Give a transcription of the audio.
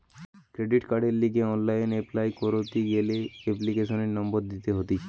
credit কার্ডের লিগে online apply করতি গ্যালে এপ্লিকেশনের নম্বর দিতে হতিছে